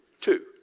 Two